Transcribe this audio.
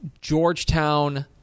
Georgetown